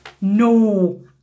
No